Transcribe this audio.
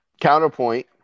counterpoint